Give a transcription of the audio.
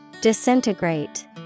Disintegrate